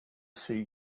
see